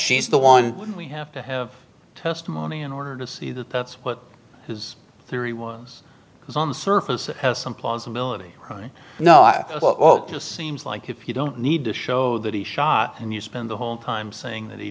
she's the one we have to have testimony in order to see that that's what his theory was because on the surface it has some plausibility crime no i just seems like if you don't need to show that he shot and you spend the whole time saying that he